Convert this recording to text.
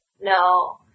No